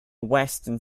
western